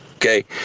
Okay